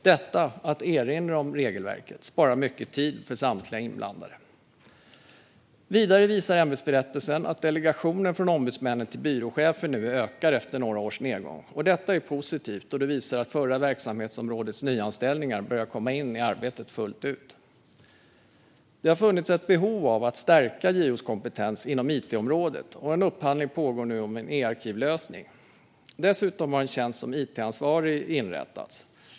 Detta, att erinra om regelverket, sparar mycket tid för samtliga inblandade. Vidare visar ämbetsberättelsen att delegationen från ombudsmännen till byråchefer nu ökar efter några års nedgång. Detta är positivt och visar att det förra verksamhetsårets nyanställda börjar komma in i arbetet fullt ut. Det har funnits ett behov av att stärka JO:s kompetens inom it-området. En upphandling pågår nu om en e-arkivlösning. Dessutom har en tjänst som it-ansvarig inrättats.